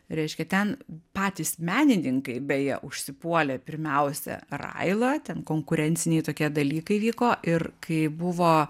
reiškia ten patys menininkai beje užsipuolė pirmiausia railą ten konkurenciniai tokie dalykai vyko ir kai buvo